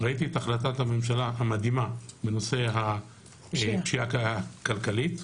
ראיתי את החלטת הממשלה המדהימה בנושא הפשיעה הכלכלית.